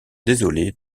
désolé